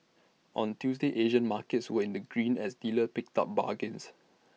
on Tuesday Asian markets were in the green as dealers picked up bargains